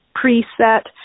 preset